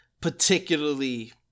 particularly